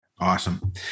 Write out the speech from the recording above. Awesome